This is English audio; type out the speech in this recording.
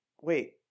Wait